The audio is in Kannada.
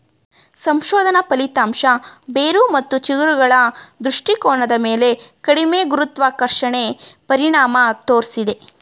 ಸಂಶೋಧನಾ ಫಲಿತಾಂಶ ಬೇರು ಮತ್ತು ಚಿಗುರುಗಳ ದೃಷ್ಟಿಕೋನದ ಮೇಲೆ ಕಡಿಮೆ ಗುರುತ್ವಾಕರ್ಷಣೆ ಪರಿಣಾಮ ತೋರ್ಸಿದೆ